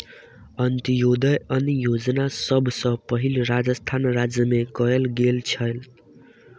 अन्त्योदय अन्न योजना सभ सॅ पहिल राजस्थान राज्य मे कयल गेल छल